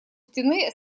стены